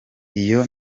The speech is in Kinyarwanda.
iyo